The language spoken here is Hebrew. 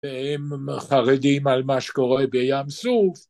‫והם חרדים על מה שקורה בים סוף.